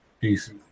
Peace